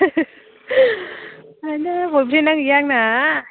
आयदै बयफ्रेन्डआनो गैया आंना